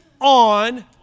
on